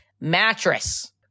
mattress